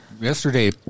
Yesterday